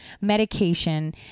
medication